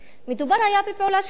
מדובר בפעולה שקטה,